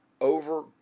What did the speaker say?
over